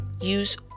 Use